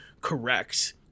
correct